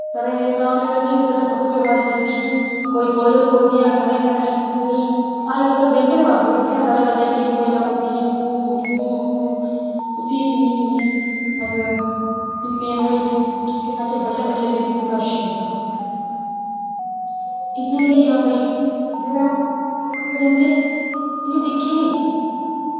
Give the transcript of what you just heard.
साढ़े राम नगर च जिसलै पक्खरुएं दी अवाज़ बज्जदी कोई कोयल बोलदियां कदैं कदैं कोई अजकल्ल दे बंद गै होई दियां पैह्लैं पैह्लैं इन्नियां कोयलां बोलदियां हां कूं कूं उस्सी सुनी सुनी अस ओह् होई दे हे केह् सनाचै बडलै बडलै दिन अच्छा जंदा इ'यां बी नी कि भाई जिसलै अ'ऊं पक्खरू जेह्ड़े होंदे अ'ऊं दिक्खनी नीं